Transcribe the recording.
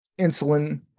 insulin